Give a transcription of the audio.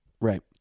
Right